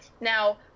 Now